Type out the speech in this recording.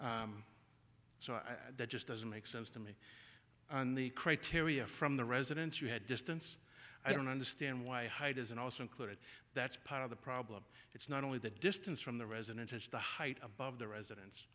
so that just doesn't make sense to me and the criteria from the residents you had distance i don't understand why hide isn't also included that's part of the problem it's not only the distance from the residence it's the height above the residen